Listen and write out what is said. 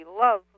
love